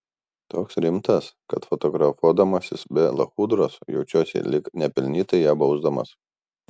toks rimtas kad fotografuodamasis be lachudros jaučiuosi lyg nepelnytai ją bausdamas